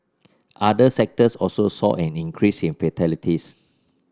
other sectors also saw an increase in fatalities